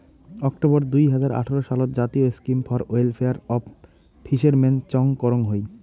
October দুই হাজার আঠারো সালত জাতীয় scheme for welfare of fishermen চং করং হই